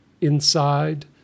inside